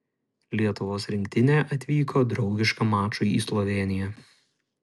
lietuvos rinktinė atvyko draugiškam mačui į slovėniją